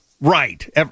Right